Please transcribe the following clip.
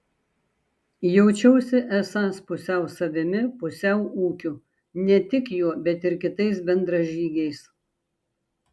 jaučiausi esąs pusiau savimi pusiau ūkiu ne tik juo bet ir kitais bendražygiais